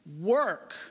work